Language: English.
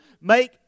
make